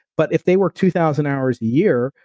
but if they work two thousand hours a year,